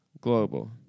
Global